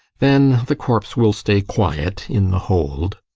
then the corpse will stay quiet in the hold.